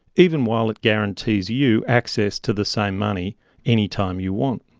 even while it guarantees you access to the same money any time you want.